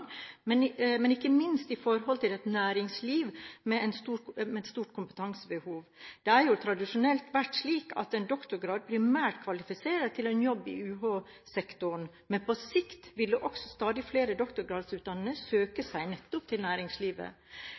ikke minst i forhold til et næringsliv med et stort kompetansebehov. Det har tradisjonelt vært slik at en doktorgrad primært kvalifiserer til en jobb i UH-sektoren, men på sikt vil også stadig flere doktorgradsutdannede søke seg nettopp til næringslivet.